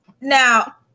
now